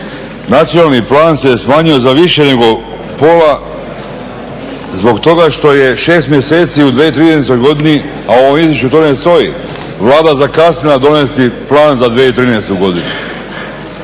Nacionalni plan se je smanjio za više nego pola zbog toga što je 6 mjeseci u 2013. godini, a u ovom izvješću to ne stoji, Vlada zakasnila donesti plan za 2013. godinu.